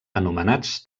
anomenats